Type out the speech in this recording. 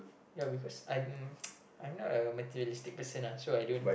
ya because I I'm not a materialistic person ah so I don't